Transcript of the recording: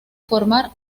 formar